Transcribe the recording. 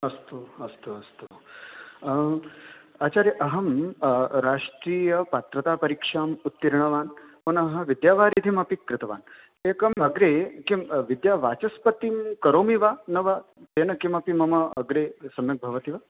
अस्तु अस्तु अस्तु आचार्य अहं राष्ट्रीयपात्रतापरीक्षां उत्तीर्णवान् पुनः विद्यावारिधिम् अपि कृतवान् एकम् अग्रे किं विद्यावाचस्पतिं करोमि वा न वा तेन किमपि मम अग्रे सम्यक् भवति वा